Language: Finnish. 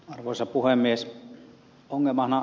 arvoisa puhemies